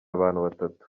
batatu